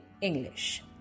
English